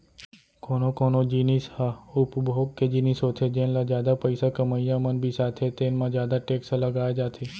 कोनो कोनो जिनिस ह उपभोग के जिनिस होथे जेन ल जादा पइसा कमइया मन बिसाथे तेन म जादा टेक्स लगाए जाथे